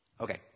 Okay